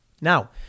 Now